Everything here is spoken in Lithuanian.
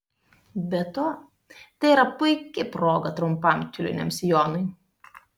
be to tai yra puiki proga trumpam tiuliniam sijonui